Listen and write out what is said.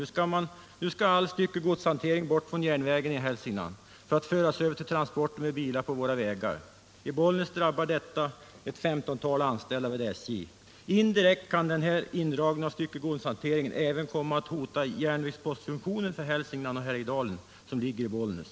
Nu skall all styckegodshantering bort från järnvägen i Hälsingland för att föras över till transporter med bilar på våra vägar. I Bollnäs drabbar detta ett 15-tal anställda vid SJ. Indirekt kan indragningen av styckegodshanteringen även komma att hota järnvägspostfunktionen för Hälsingland och Härjedalen, vilken ligger i Bollnäs.